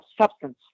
Substance